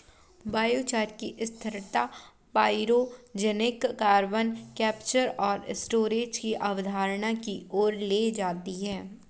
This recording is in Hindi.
बायोचार की स्थिरता पाइरोजेनिक कार्बन कैप्चर और स्टोरेज की अवधारणा की ओर ले जाती है